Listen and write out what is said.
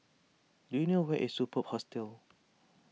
do you know where is Superb Hostel